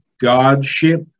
godship